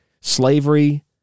slavery